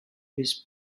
with